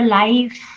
life